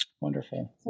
Wonderful